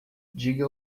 diga